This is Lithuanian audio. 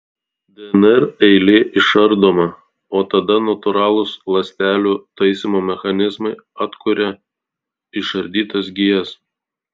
dnr eilė išardoma o tada natūralūs ląstelių taisymo mechanizmai atkuria išardytas gijas